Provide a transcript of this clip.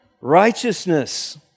righteousness